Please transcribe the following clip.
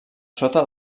sota